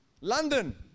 London